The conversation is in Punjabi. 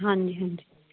ਹਾਂਜੀ ਹਾਂਜੀ